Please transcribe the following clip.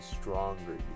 stronger